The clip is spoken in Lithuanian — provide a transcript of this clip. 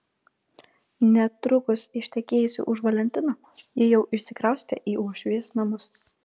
netrukus ištekėjusi už valentino ji jau išsikraustė į uošvijos namus